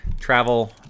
travel